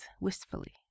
wistfully